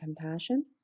compassion